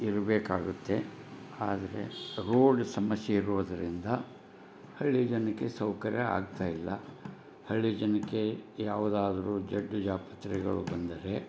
ಇರ್ಬೇಕಾಗುತ್ತೆ ಆದರೆ ರೋಡ್ ಸಮಸ್ಯೆ ಇರೋದರಿಂದ ಹಳ್ಳಿ ಜನಕ್ಕೆ ಸೌಕರ್ಯ ಆಗ್ತಾಯಿಲ್ಲ ಹಳ್ಳಿ ಜನಕ್ಕೆ ಯಾವುದಾದರೂ ಜಡ್ಡು ಜಾಪತ್ರೆಗಳು ಬಂದರೆ